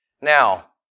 Now